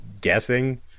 guessing